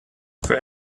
for